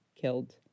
killed